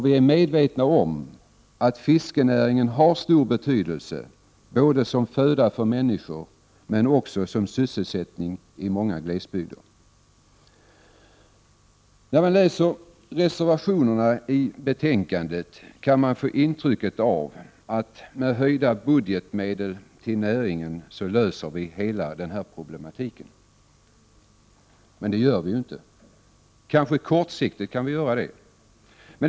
Vi är medvetna om att fiskenäringen har stor betydelse, både för att förse människor med föda och för att ge sysselsättning i många glesbygder. När man läser reservationerna till betänkandet kan man få intrycket att höjda budgetmedel till näringen löser hela problematiken. Det gör de inte — annat än möjligen kortsiktigt.